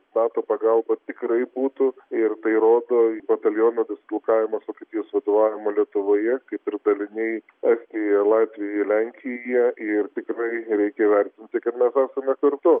nato pagalba tikrai būtų ir tai rodo bataliono dislokavimas vokietijos vadovavimo lietuvoje kaip ir daliniai estijoje latvijoje lenkijoje ir tikrai reikia vertinti kad mes esame kartu